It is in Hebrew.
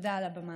ותודה על הבמה.